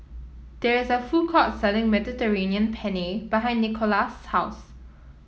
there is a food court selling Mediterranean Penne behind Nikolas' house